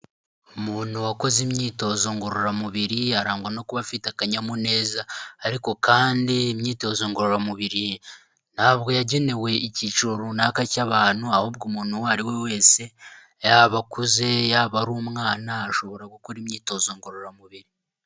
Umuntu wakoze imyitozo ngororamubiri arangwa no kuba afite akanyamuneza ariko kandi imyitozo ngororamubiri ntabwo yagenewe icyiciro runaka cy'abantu ahubwo umuntu uwo ari we wese yaba akuze, yaba ari umwana, ashobora gukora imyitozo ngororamubiri.